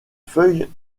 feuilles